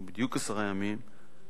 בדיוק עשרה ימים,